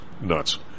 nuts